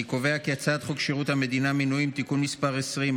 אני קובע כי הצעת חוק שירות המדינה (מינויים) (תיקון מס' 20),